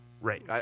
Right